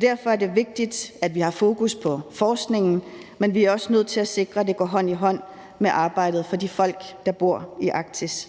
Derfor er det vigtigt, at vi har fokus på forskningen, men vi er også nødt til at sikre, at det går hånd i hånd med arbejdet for de folk, der bor i Arktis.